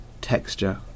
texture